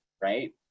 right